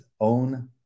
own